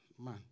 man